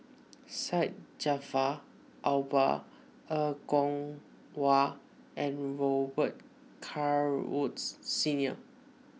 Syed Jaafar Albar Er Kwong Wah and Robet Carr Woods Senior